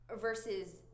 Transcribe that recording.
versus